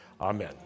Amen